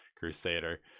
Crusader